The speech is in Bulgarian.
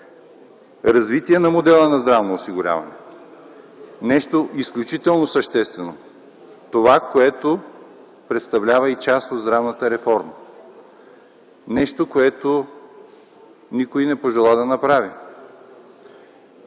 Развитие на модела на здравното осигуряване – нещо изключително съществено. Това, което представлява и част от здравната реформа. Нещо, което никой не пожела да направи.